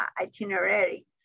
itinerary